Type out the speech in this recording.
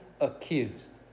accused